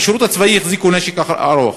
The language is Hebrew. בשירות הצבאי החזיקו נשק ארוך,